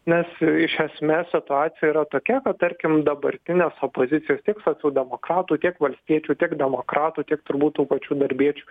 nes iš esmės situacija yra tokia kad tarkim dabartinės opozicijos tiek socialdemokratų tiek valstiečių tiek demokratų tiek turbūt tų pačių darbiečių